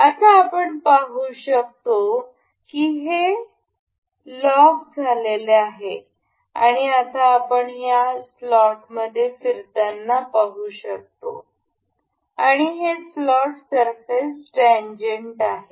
आता आपण पाहू शकतो की हे आता लॉग केलेले आहे आणि आता आपण हे स्लॉटमध्ये फिरताना पाहु शकतो आणि हे स्लॉट सरफेस टॅन्जेन्ट आहे